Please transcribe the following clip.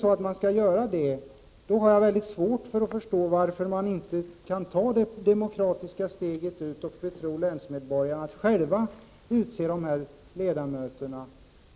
Skall man göra detta, har jag mycket svårt att förstå att man inte fullt ut kan ta det demokratiska steget och betro länsmedborgarna med förmågan att själva utse dessa ledamöter.